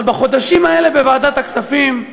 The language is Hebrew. אבל בחודשים האלה בוועדת הכספים,